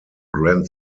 grand